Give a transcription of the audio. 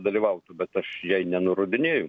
dalyvautų bet aš jai nenurodinėju